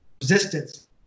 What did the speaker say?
resistance